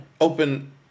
Open